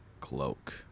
cloak